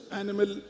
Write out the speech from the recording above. animal